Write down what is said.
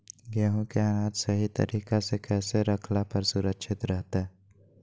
गेहूं के अनाज सही तरीका से कैसे रखला पर सुरक्षित रहतय?